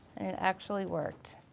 and it actually worked.